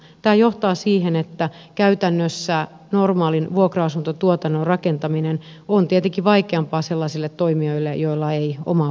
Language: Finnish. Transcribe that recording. tämä johtaa siihen että käytännössä normaalin vuokra asuntotuotannon rakentaminen on tietenkin vaikeampaa sellaisille toimijoille joilla ei omaa pääomaa ole